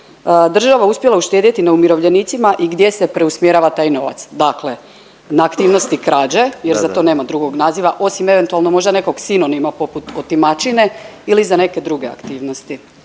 država uspjela uštedjeti na umirovljenicima i gdje se preusmjerava taj novac. Dakle, na aktivnosti krađe jer za to nema drugog naziva osim eventualno možda nekog sinonima poput otimačine ili za neke druge aktivnosti.